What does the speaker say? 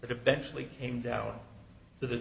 that eventually came down to the